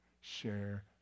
Share